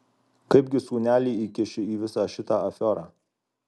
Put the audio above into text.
kaipgi sūnelį įkiši į visą šitą afiorą